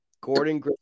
Gordon